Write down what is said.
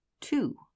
Two